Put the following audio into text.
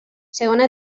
segona